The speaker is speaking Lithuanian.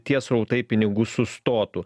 tie srautai pinigų sustotų